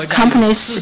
companies